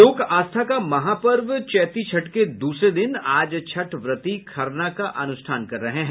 लोक आस्था का महापर्व चैती छठ के दूसरे दिन आज छठव्रती खरना का अनुष्ठान कर रहे हैं